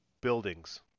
Buildings